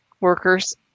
workers